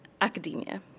academia